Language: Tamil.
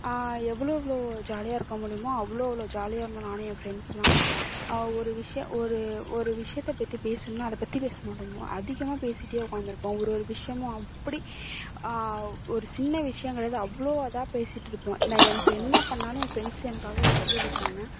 எவ்வளோ எவ்வளோ ஜாலியாக இருக்க முடியுமோ அவ்வளோ அவ்வளோ ஜாலியாக இருந்தோம் நானும் என் ஃப்ரெண்ட்ஸெல்லாம் ஒரு விஷயம் ஒரு ஒரு விஷயத்த பற்றி பேசுணுன்னால் அதை பற்றி பேச மாட்டோம் அதிகமாக பேசிகிட்டே உட்காந்துருப்போம் ஒரு ஒரு விஷயமும் அப்படி ஒரு சின்ன விஷயங்கிறது அவ்வளோ அதா பேசிட்டிருப்போம் நான் எனக்கு என்ன பண்ணாலும் என் ஃப்ரெண்ட்ஸ் எனக்காக ஒத்துழைப்பாங்க